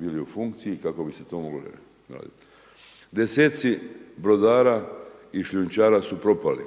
bili u funkciji i kako bi se to moglo raditi. Deseci brodara i šljunčara su propali,